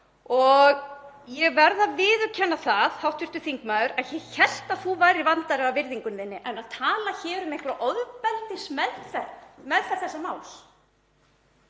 Ég verð að viðurkenna það, hv. þingmaður, að ég hélt að þú værir vandari að virðingu þinni en að tala hér um einhverja ofbeldismeðferð þessa máls.